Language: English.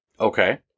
Okay